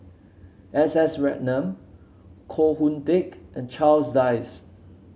S S Ratnam Koh Hoon Teck and Charles Dyce